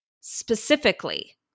specifically